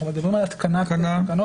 אנחנו מדברים על התקנת תקנות.